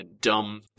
Dumb